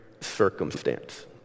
circumstance